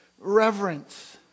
Reverence